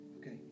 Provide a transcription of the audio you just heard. Okay